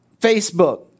Facebook